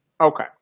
Okay